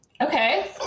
Okay